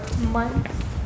months